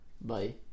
bye